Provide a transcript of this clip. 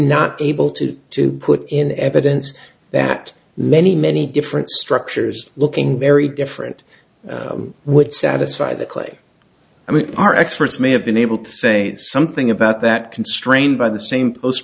not able to to put in evidence that many many different structures looking very different would satisfy the cli i mean our experts may have been able to say something about that constrained by the same post